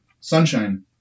Sunshine